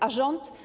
A rząd?